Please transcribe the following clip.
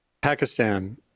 Pakistan